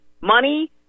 money